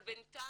אבל בינתיים,